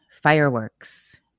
fireworks